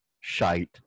shite